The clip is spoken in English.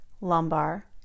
lumbar